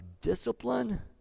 discipline